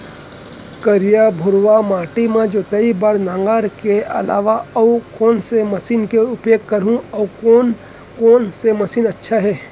करिया, भुरवा माटी म जोताई बार नांगर के अलावा अऊ कोन से मशीन के उपयोग करहुं अऊ कोन कोन से मशीन अच्छा है?